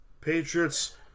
Patriots